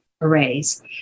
arrays